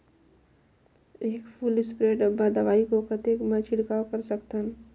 एक full spray डब्बा दवाई को कतेक म छिड़काव कर सकथन?